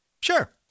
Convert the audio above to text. sure